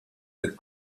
that